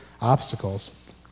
obstacles